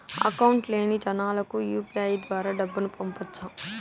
Account లేని జనాలకు UPI ద్వారా డబ్బును పంపొచ్చా?